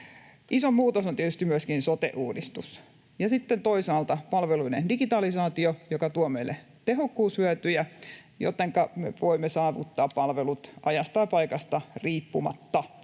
Iso muutos on tietysti myöskin sote-uudistus ja sitten toisaalta palveluiden digitalisaatio, joka tuo meille tehokkuushyötyjä, jotenka me voimme saavuttaa palvelut ajasta ja paikasta riippumatta. On perustettu